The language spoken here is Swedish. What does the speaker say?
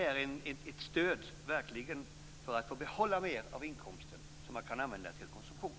Det är ett stöd för att få behålla mer av inkomsten som man kan använda till konsumtion.